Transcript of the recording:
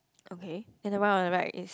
okay then the one on the right is